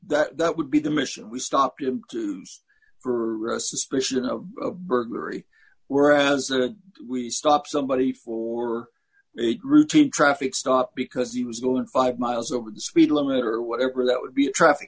as that would be the mission we stopped him for a suspicion of burglary were as we stop somebody for it routine traffic stop because he was going five miles over the speed limit or whatever that would be a tr